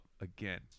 again